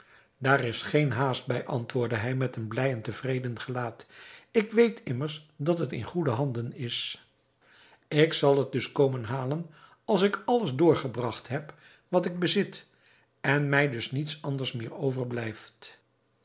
daar is geen haast bij antwoordde hij met een blij en tevreden gelaat ik weet immers dat het in goede handen is ik zal het komen halen als ik alles doorgebragt heb wat ik bezit en mij dus niets anders meer overblijft